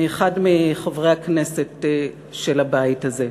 מאחד מחברי הכנסת של הבית הזה: